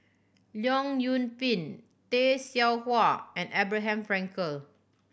Leong Yoon Pin Tay Seow Huah and Abraham Frankel